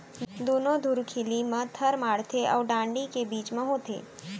दुनो धुरखिली म थर माड़थे अउ डांड़ी के बीच म होथे